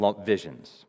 visions